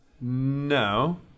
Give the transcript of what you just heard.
No